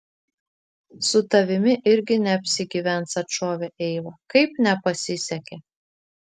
su tavimi irgi neapsigyvens atšovė eiva kaip nepasisekė